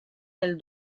del